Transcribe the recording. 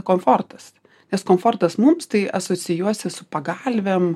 komfortas nes komfortas mums tai asocijuosis pagalvėm